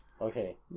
Okay